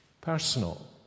personal